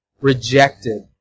rejected